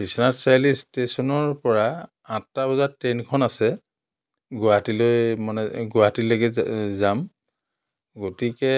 বিশ্বনাথ চাৰিআলি ষ্টেচনৰ পৰা আঠটা বজাত ট্ৰেইনখন আছে গুৱাহাটীলৈ মানে গুৱাহাটীলৈকে যা যাম গতিকে